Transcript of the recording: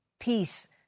peace